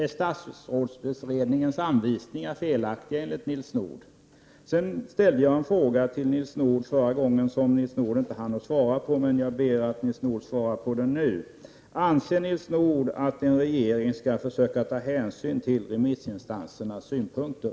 Är statsrådsberedningens anvisningar enligt Nils Nordh felaktiga? Jag ställde tidigare en fråga som Nils Nordh inte hann svara på, men som jag hoppas att han nu kan svara på. Den lyder: Anser Nils Nordh att en regering skall försöka ta hänsyn till remissinstansernas synpunkter?